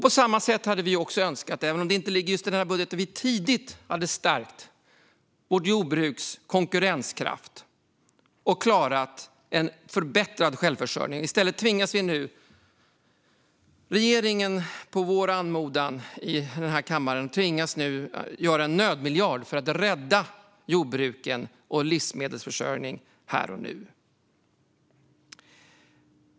På samma sätt hade vi önskat, även om det inte ligger i just denna budget, att vi tidigt skulle ha stärkt vårt jordbruks konkurrenskraft och klarat en förbättrad självförsörjning. I stället tvingas nu regeringen, på anmodan från oss här i kammaren, inrätta en nödmiljard för att rädda jordbruken och livsmedelsförsörjningen.